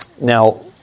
Now